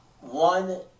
one